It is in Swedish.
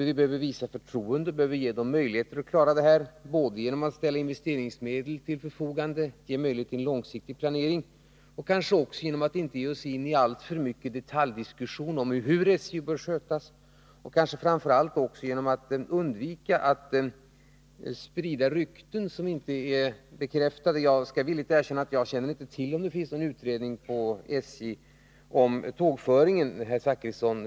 Vi behöver visa SJ förtroende och ge företaget möjlighet att klara dessa problem genom att ställa investeringsmedel till förfogande och ge möjligheter till en långsiktig planering. Vi kanske också kan hjälpa till genom att inte så ofta ge oss in i detaljdiskussioner om hur SJ bör skötas och, framför allt, genom att undvika att sprida rykten som inte är bekräftade. Jag skall, herr Zachrisson, villigt erkänna att jag inte känner till om det på SJ finns någon utredning om tågföringen.